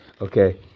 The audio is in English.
Okay